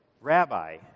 Rabbi